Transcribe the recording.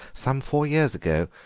some four years ago,